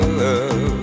love